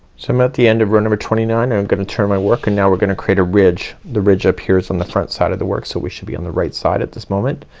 so i'm at the end of row number twenty nine. i'm gonna turn my work and now we're gonna create a ridge. the ridge appears on the front side of the work so we should be on the right side at this moment.